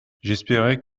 j’espérais